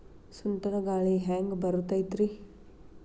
ಸುಂಟರ್ ಗಾಳಿ ಹ್ಯಾಂಗ್ ಬರ್ತೈತ್ರಿ?